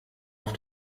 auf